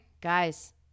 Guys